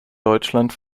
deutschland